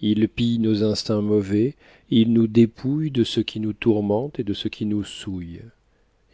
il pille nos instincts mauvais il nous dépouille de ce qui nous tourmente et de ce qui nous souille